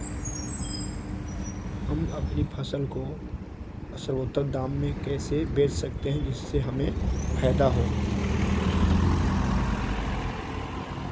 हम अपनी फसल को सर्वोत्तम दाम में कैसे बेच सकते हैं जिससे हमें फायदा हो?